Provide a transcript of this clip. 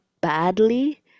badly